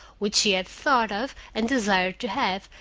which she had thought of and desired to have,